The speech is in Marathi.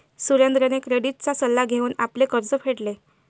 सुरेंद्रने क्रेडिटचा सल्ला घेऊन आपले कर्ज फेडले